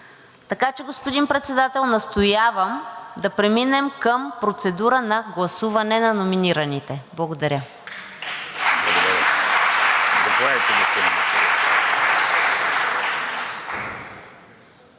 Така че, господин Председател, настоявам да преминем към процедура на гласуване на номинираните. Благодаря.